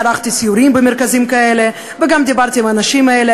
ערכתי סיורים במרכזים כאלה וגם דיברתי עם האנשים האלה,